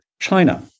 China